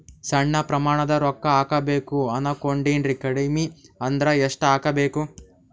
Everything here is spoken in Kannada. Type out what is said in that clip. ಸಣ್ಣ ಪ್ರಮಾಣದ ರೊಕ್ಕ ಹಾಕಬೇಕು ಅನಕೊಂಡಿನ್ರಿ ಕಡಿಮಿ ಅಂದ್ರ ಎಷ್ಟ ಹಾಕಬೇಕು?